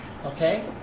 Okay